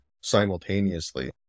simultaneously